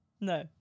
No